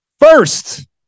First